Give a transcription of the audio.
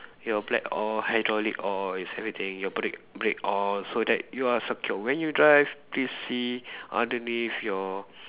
your plate all hydraulic all yes everything your brake brake all so that you are secure when you drive please see underneath your